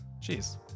cheers